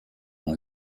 dans